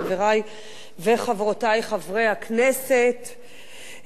חברי וחברותי חבר הכנסת,